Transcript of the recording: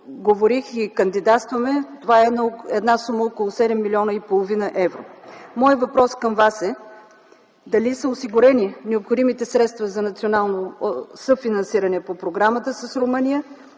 говорих и кандидатстваме, това е сума около 7,5 млн. евро. Моят въпрос към Вас е дали са осигурени необходимите средства за национално съфинансиране по програмата с Румъния,